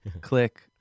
click